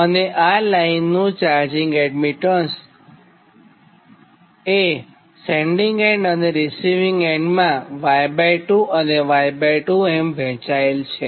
અને લાઇનનું charging admittance એ સેન્ડીંગ એન્ડ અને રીસિવીંગ એન્ડમાં Y2 અને Y2એમ વહેંચાયેલ છે